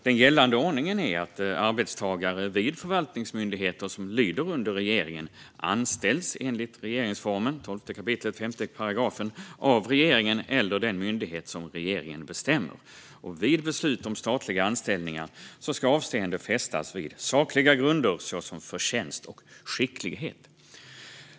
Den gällande ordningen är att arbetstagare vid förvaltningsmyndigheter som lyder under regeringen anställs enligt regeringsformen 12 kap. 5 § av regeringen eller den myndighet som regeringen bestämmer. Vid beslut om statliga anställningar ska avseende fästas vid sakliga grunder såsom förtjänst och skicklighet.